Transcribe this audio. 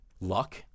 luck